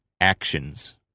actions